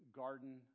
garden